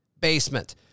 basement